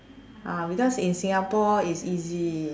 ah because in Singapore it's easy